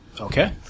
Okay